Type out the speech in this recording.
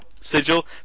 Sigil